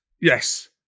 Yes